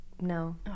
No